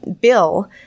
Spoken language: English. bill